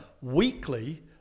Weekly